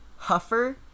Huffer